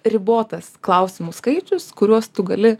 ribotas klausimų skaičius kuriuos tu gali